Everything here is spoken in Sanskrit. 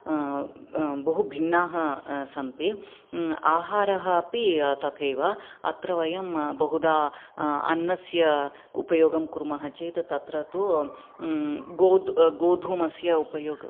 बहु भिन्नाः सन्ति आहारः अपि तथैव अत्र वयं बहुधा अन्नस्य उपयोगं कुर्मः चेत् तत्र तु गोधूमस्य उपयोगं